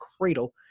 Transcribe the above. Cradle